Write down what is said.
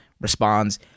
responds